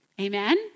Amen